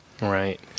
Right